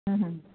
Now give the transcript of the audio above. હ હ